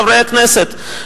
חברי הכנסת.